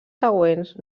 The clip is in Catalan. següents